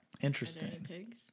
Interesting